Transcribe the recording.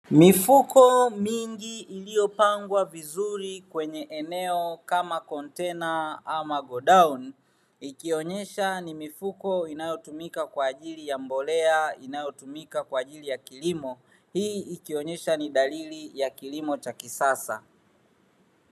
Mifuko mingi iliyopangwa vizuri kwenye eneo kama kontena ama godauni, ikionyesha ni mifuko inayotumika kwa ijili ya mbolea inayotumika kwa ajili ya kilimo, hii ikionyesha ni dalili ya kilimo cha kisasa.